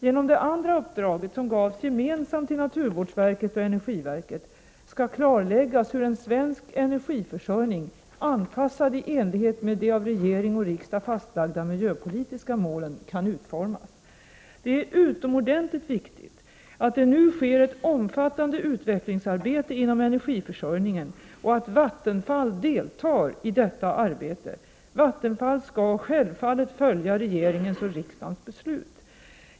Genom det andra uppdraget, som gavs gemensamt till naturvårdsverket och energiverket, skall klarläggas hur en svensk energiförsörjning anpassad i enlighet med de av regering och riksdag fastlagda miljöpolitiska målen kan utformas. Det är utomordentligt viktigt att det nu sker ett omfattande utvecklingsarbete inom energiförsörjningen och att Vattenfall deltar i detta arbete. Vattenfall skall självfallet följa regeringens och riksdagens beslut.